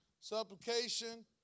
Supplication